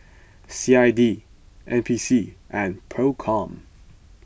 C I D N P C and Procom